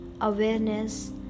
awareness